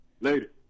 Later